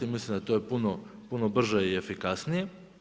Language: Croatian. I mislim da je to puno brže i efikasnije.